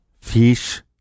Fish